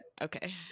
Okay